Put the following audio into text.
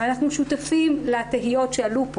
אנחנו שותפים לתהיות שעלו פה